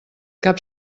cap